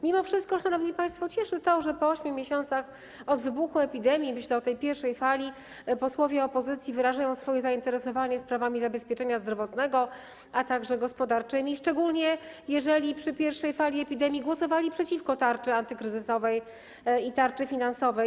Mimo wszystko, szanowni państwo, cieszy to, że po 8 miesiącach od wybuchu epidemii - myślę o tej pierwsze fali - posłowie opozycji wyrażają swoje zainteresowanie sprawami zabezpieczenia zdrowotnego, a także gospodarczymi, szczególnie jeżeli przy pierwszej fali epidemii głosowali przeciwko tarczy antykryzysowej i tarczy finansowej.